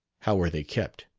how were they kept?